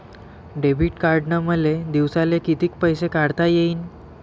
Debit कार्डनं मले दिवसाले कितीक पैसे काढता येईन?